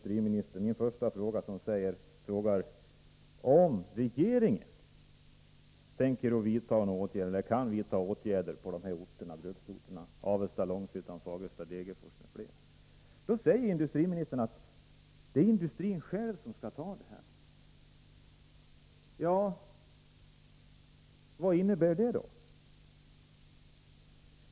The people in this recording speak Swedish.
Min första fråga gäller om regeringen tänker vidta åtgärder på bruksorter som Avesta, Långshyttan, Fagersta, Degerfors m.fl. Industriministern svarar att det är industrin själv som skall ta detta ansvar. Ja, vad innebär då det?